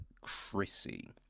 Chrissy